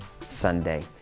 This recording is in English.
Sunday